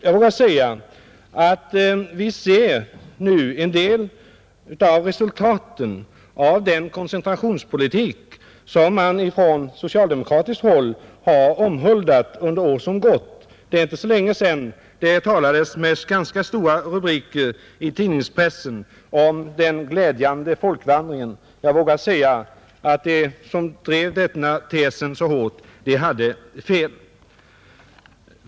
Jag vågar säga att vi nu ser en del av resultaten av den koncentrationspolitik som man på socialdemokratiskt håll har omhuldat under år som gått. Det är inte så länge sedan det skrevs med ganska stora rubriker i tidningspressen om ”en glädjande folkvandring”. Jag vågar säga att de som drev denna tes så hårt hade fel.